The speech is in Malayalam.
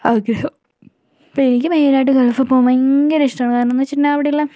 ആഗ്രഹം ഇപ്പോൾ എനിക്ക് ഭയങ്കരമായിട്ട് ഗൾഫിൽ പോകാൻ ഭയങ്കര ഇഷ്ടമാണ് കാരണമെന്നു വെച്ചിട്ടുണ്ടെങ്കിൽ അവിടെയുള്ള